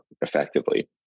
effectively